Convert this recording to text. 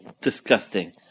disgusting